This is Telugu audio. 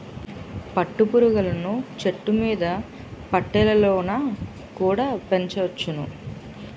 పట్టు పురుగులను చెట్టుమీద పెట్టెలలోన కుడా పెంచొచ్చును